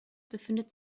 befindet